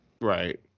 Right